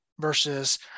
versus